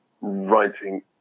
writing